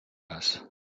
pas